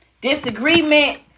disagreement